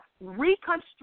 reconstruct